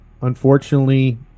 unfortunately